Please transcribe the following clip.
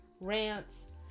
rants